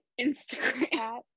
instagram